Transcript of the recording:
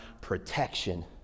protection